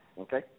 Okay